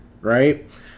right